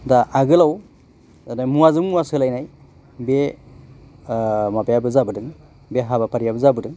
दा आगोलाव नाथाय मुवाजों मुला सोलायनाय बे माबायाबो जाबोदों बे हाबाफारिया जाबोदों